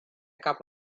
cup